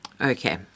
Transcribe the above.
Okay